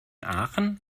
aachen